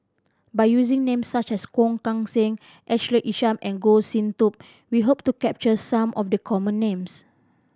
by using names such as Kong Kan Seng Ashley Isham and Goh Sin Tub we hope to capture some of the common names